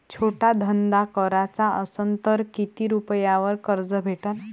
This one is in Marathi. छोटा धंदा कराचा असन तर किती रुप्यावर कर्ज भेटन?